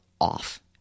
off